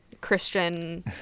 Christian